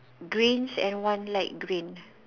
greens and one light green